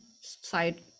side